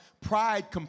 Pride